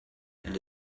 and